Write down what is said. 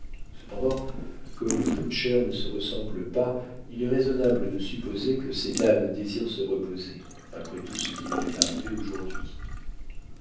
cependant comme toute chair ne se ressemble pas il est raisonnable de supposer que ces dames désirent se reposer après tout ce qui leur est arrivé aujourd'hui